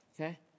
okay